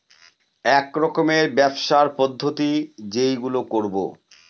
এক রকমের ব্যবসার পদ্ধতি যেইগুলো করবো